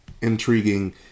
intriguing